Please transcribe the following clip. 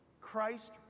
Christ